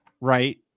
right